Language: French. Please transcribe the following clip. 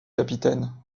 capitaine